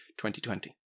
2020